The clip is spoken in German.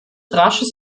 rasches